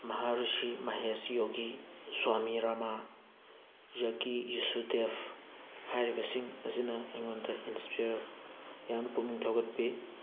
ꯃꯍꯥꯔꯤꯁꯤ ꯃꯍꯦꯁ ꯌꯣꯒꯤ ꯁ꯭ꯋꯥꯃꯤ ꯔꯥꯃꯥ ꯌꯒꯤ ꯌꯨꯁꯨꯗꯦꯕ ꯍꯥꯏꯔꯤꯕꯁꯤꯡ ꯑꯁꯤꯅ ꯑꯩꯉꯣꯟꯗ ꯏꯟꯁꯄꯤꯌꯔ ꯌꯥꯝꯅ ꯄꯨꯛꯅꯤꯡ ꯊꯧꯒꯠꯄꯤ